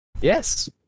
Yes